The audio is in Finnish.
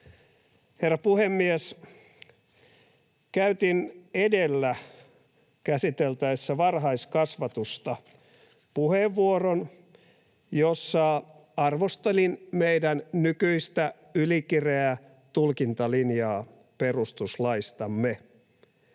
Herra puhemies! Käytin edellä, käsiteltäessä varhaiskasvatusta, puheenvuoron, jossa arvostelin meidän nykyistä ylikireää tulkintalinjaa perustuslaistamme.